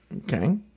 Okay